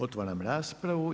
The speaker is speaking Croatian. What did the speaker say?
Otvaram raspravu.